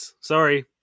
sorry